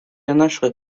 initially